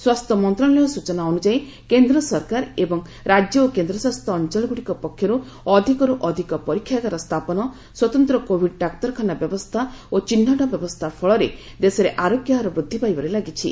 ସ୍ୱାସ୍ଥ୍ୟ ମନ୍ତ୍ରଣାଳୟ ସୂଚନା ଅନୁଯାୟୀ କେନ୍ଦ୍ର ସରକାର ଏବଂ ରାଜ୍ୟ ଓ କେନ୍ଦ୍ରଶାସିତ ଅଞ୍ଚଳଗୁଡିକ ପକ୍ଷରୁ ଅଧିକରୁ ଅଧିକ ପରୀକ୍ଷାଗାର ସ୍ଥାପନ ସ୍ୱତନ୍ତ୍ର କୋଭିଡ ଡାକ୍ତରଖାନା ବ୍ୟବସ୍ଥା ଓ ଚିହ୍ନଟ ବ୍ୟବସ୍ଥା ଫଳରେ ଦେଶରେ ଆରୋଗ୍ୟ ହାର ବୃଦ୍ଧି ପାଇବାରେ ଲାଗିଛି